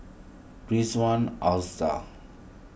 Ridzwan Oza